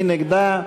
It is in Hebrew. מי נגדה?